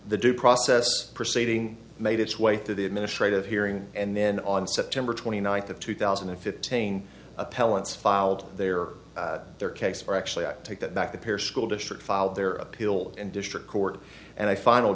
the due process proceeding made its way through the administrative hearing and then on september twenty ninth of two thousand and fifteen appellants filed their their case for actually i take that back the pair school district filed their appeal and district court and i final